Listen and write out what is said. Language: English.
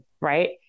right